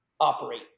operate